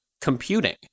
computing